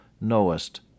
knowest